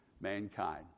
mankind